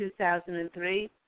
2003